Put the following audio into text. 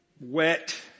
Wet